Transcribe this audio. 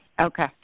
Okay